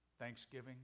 thanksgiving